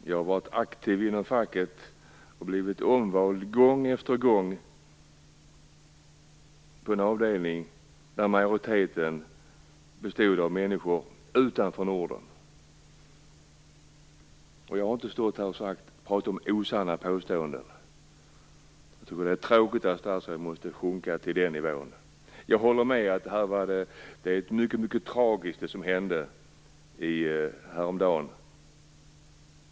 Jag har varit aktiv inom facket och blivit omvald gång efter gång på en avdelning där majoriteten bestod av människor som kommit från länder utanför Norden. Jag har inte stått här och gjort osanna påståenden. Jag tycker att det är tråkigt att statsrådet måste sjunka till den nivån. Jag håller med om att det var mycket tragiskt det som hände häromdagen.